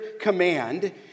command